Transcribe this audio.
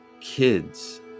kids